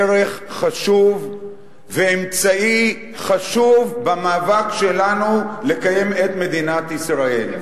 ערך חשוב ואמצעי חשוב במאבק שלנו לקיים את מדינת ישראל.